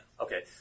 Okay